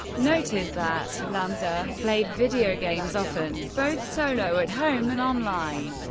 noted that lanza played video games often, both solo at home and online.